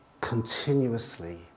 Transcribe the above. continuously